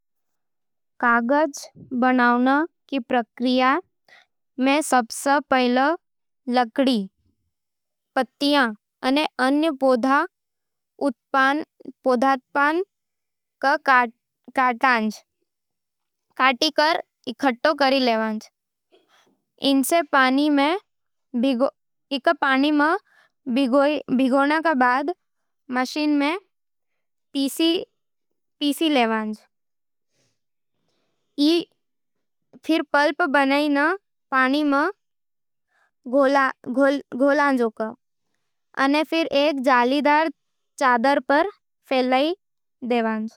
कागज बनावण री प्रक्रिया में सबसे पहले लकड़ी, पत्तियां अने अन्य पौधा-उत्पाद ने काट के इकठ्ठा करलियो जावज। इनने पानी में भिगोण के बाद, मशीन में पीस के महीन पल्प तैयार करलियो जावे है। ई पल्प ने पानी में घोला जावे है अने फेर एक जालीदार चादर पर फैलाव देवज।